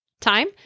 time